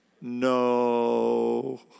No